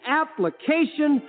application